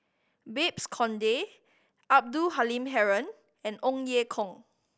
Babes Conde Abdul Halim Haron and Ong Ye Kung